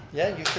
yeah, you sure